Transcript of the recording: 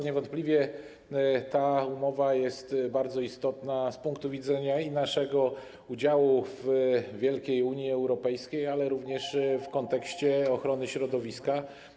Niewątpliwie ta umowa jest bardzo istotna z punktu widzenia naszego udziału w wielkiej Unii Europejskiej, ale również z punktu widzenia ochrony środowiska.